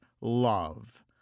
love